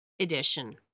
edition